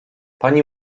pani